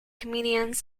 comedians